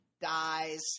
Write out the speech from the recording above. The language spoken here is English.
dies